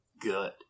good